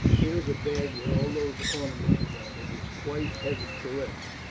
here is a bag with all those ornaments you got. it is quite heavy to lift.